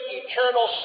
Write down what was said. eternal